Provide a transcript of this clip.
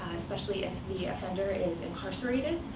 especially if the offender is incarcerated.